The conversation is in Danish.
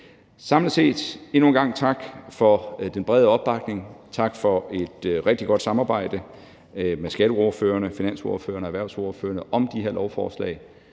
Kl. 13:20 Endnu en gang tak for den brede opbakning, og tak for et rigtig godt samarbejde med skatteordførerne, finansordførerne og erhvervsordførerne om de her lovforslag.